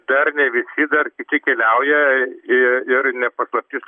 dar ne visi dar kiti keliauja ir ir ne paslaptis